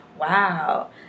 wow